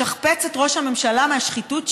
לשכפץ את ראש הממשלה מהשחיתות שלו?